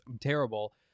terrible